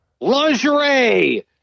lingerie